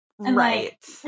right